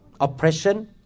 Oppression